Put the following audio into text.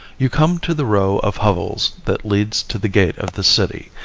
you come to the row of hovels that leads to the gate of the city.